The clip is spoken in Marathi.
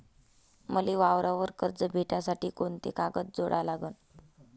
मले वावरावर कर्ज भेटासाठी कोंते कागद जोडा लागन?